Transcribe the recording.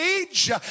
age